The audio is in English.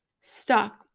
stuck